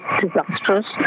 disastrous